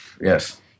Yes